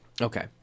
Okay